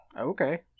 Okay